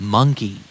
Monkey